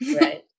Right